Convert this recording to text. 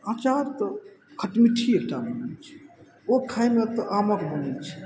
अचार तऽ खटमिठी एकटा बनै छै ओ खाइमे तऽ आमक बनै छै